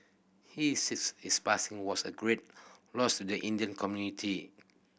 he says his passing was a great loss to the Indian community